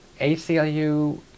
ACLU